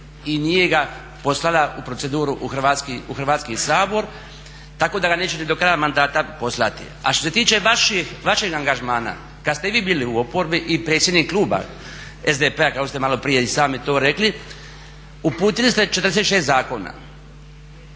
i nije ga poslala u proceduru u Hrvatski sabor, tako da ga neće ni do kraja mandata poslati. A što se tiče vašeg angažmana kad ste vi bili u oporbi i predsjednik kluba SDP-a kako ste malo prije i sami to rekli uputili ste 46 zakona.